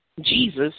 Jesus